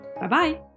Bye-bye